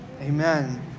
Amen